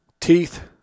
teeth